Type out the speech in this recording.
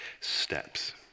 steps